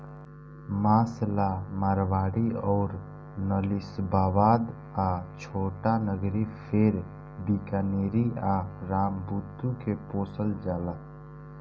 मांस ला मारवाड़ी अउर नालीशबाबाद आ छोटानगरी फेर बीकानेरी आ रामबुतु के पोसल जाला